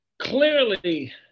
clearly